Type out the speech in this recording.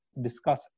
discuss